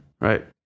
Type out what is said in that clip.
right